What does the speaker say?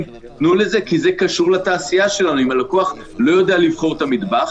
אם הלקוח לא ייבחר מטבח,